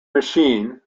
machine